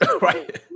right